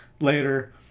later